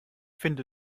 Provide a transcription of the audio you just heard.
finde